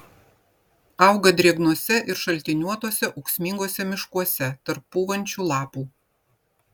auga drėgnuose ir šaltiniuotuose ūksminguose miškuose tarp pūvančių lapų